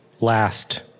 Last